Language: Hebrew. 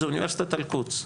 זה אוניברסיטת אל-קודס.